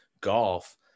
golf